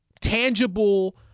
tangible